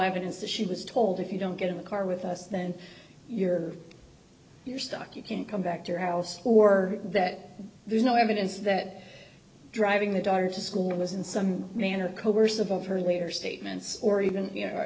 evidence that she was told if you don't get in the car with us then you're you're stuck you can't come back to your house or that there's no evidence that driving the daughter to school was in some manner coercive of her earlier statements or even you know